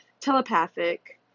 telepathic